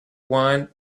wine